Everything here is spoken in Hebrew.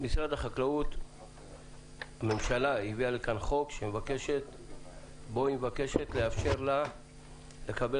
הממשלה הביאה לכאן חוק שבו היא מבקשת לאפשר לה לקבל